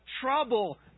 trouble